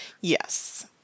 yes